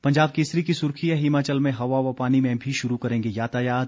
पंजाब केसरी की सुर्खी है हिमाचल में हवा व पानी में भी शुरू करेंगे यातायात